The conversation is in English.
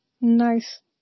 nice